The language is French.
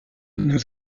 nous